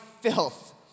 filth